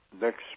next